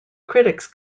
critics